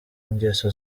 ngeso